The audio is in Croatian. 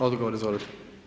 Odgovor, izvolite.